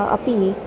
अपि